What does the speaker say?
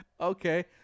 Okay